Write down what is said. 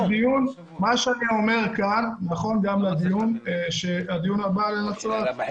שאני אומר כאן נכון גם לדיון הבא לגבי נצרת.